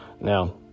Now